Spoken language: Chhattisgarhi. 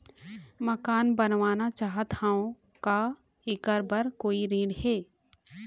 मकान बनवाना चाहत हाव, का ऐकर बर कोई ऋण हे?